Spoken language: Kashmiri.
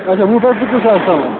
اَچھا وُہ پٮ۪ٹھ پٕنٛژٕہ ساس تام